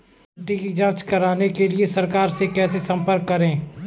मिट्टी की जांच कराने के लिए सरकार से कैसे संपर्क करें?